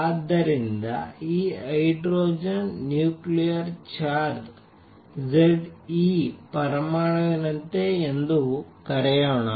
ಆದ್ದರಿಂದ ಈ hydrogen nuclear charge Z e ಪರಮಾಣುವಿನಂತೆ ಎಂದುಕರೆಯೋಣ